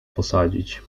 posadzić